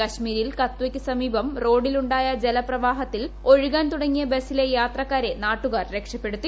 കാശ്മീരിൽ കത്വയ്ക്കുസമീപം റോഡിലുണ്ടായ ജലപ്രവാഹത്തിൽ ഒഴുകാൻ തുടങ്ങിയ ബസ്സിലെ യാത്രക്കാരെ നാട്ടുകാർ രക്ഷപ്പെടുത്തി